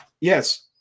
yes